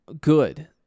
good